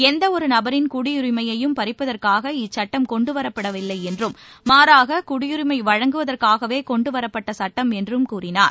எந்தவொரு நபரின் குடியுரிமையையும் பறிப்பதற்காக இச்சுட்டம் கொண்டு வரப்படவில்லை என்றும் மாறாக குடியுரிமை வழங்குவதற்காகவே கொண்டு வரப்பட்ட சட்டம் என்றும் கூறினார்